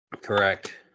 Correct